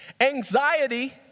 Anxiety